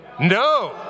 No